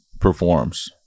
performs